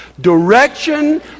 Direction